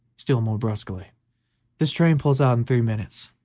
still more brusquely this train pulls out in three minutes,